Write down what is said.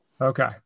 Okay